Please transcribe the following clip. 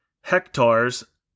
hectares